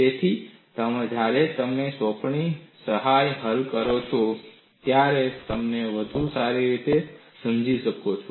તેથી જ્યારે તમે સોંપણી સમસ્યા હલ કરો છો ત્યારે તમે તેને વધુ સારી રીતે સમજી શકશો